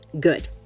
Good